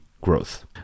growth